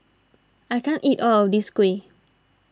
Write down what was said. I can't eat all of this Kuih